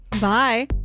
Bye